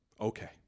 Okay